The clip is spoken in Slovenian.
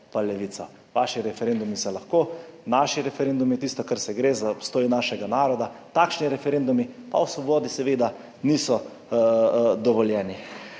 in Levico. Vaši referendumi so lahko, naši referendumi, tisti, pri katerih gre za obstoj našega naroda, takšni referendumi pa v svobodi seveda niso dovoljeni.